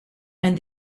and